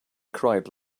cried